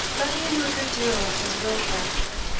let me into a good deal of his real character.